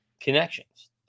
connections